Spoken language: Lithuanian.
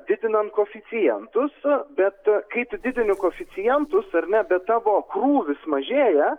didinant koeficientus bet kai tu didini koeficientus ar ne bet tavo krūvis mažėja